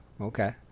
Okay